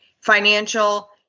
financial